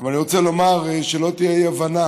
אבל אני רוצה לומר, שלא תהיה אי-הבנה: